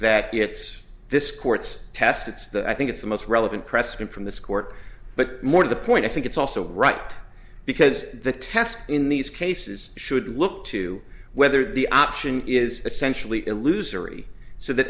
that it's this court's test it's the i think it's the most relevant precedent from this court but more to the point i think it's also right because the test in these cases should look to whether the option is essentially illusory so th